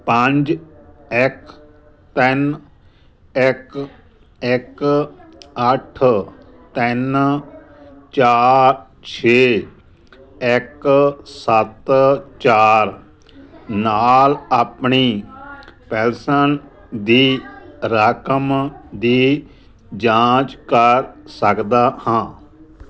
ਪੰਜ ਇੱਕ ਤਿੰਨ ਇੱਕ ਇੱਕ ਅੱਠ ਤਿੰਨ ਚਾਰ ਛੇ ਇੱਕ ਸੱਤ ਚਾਰ ਨਾਲ ਆਪਣੀ ਪੈਨਸ਼ਨ ਦੀ ਰਕਮ ਦੀ ਜਾਂਚ ਕਰ ਸਕਦਾ ਹਾਂ